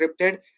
encrypted